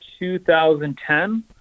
2010